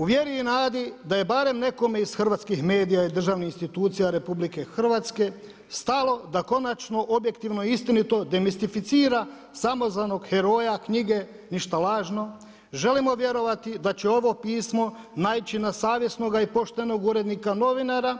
U vjeri i nadi da je barem nekome iz hrvatskih medija i državnih institucija RH stalo da konačno objektivno i istinito demistificira samozvanog heroja knjige Ništa lažno, želimo vjerovati da će ovo pismo naići na savjesnoga i poštenog urednika novinara